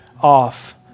off